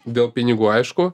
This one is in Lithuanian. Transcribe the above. dėl pinigų aišku